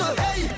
hey